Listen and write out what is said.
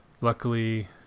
luckily